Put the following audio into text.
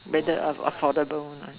better affordable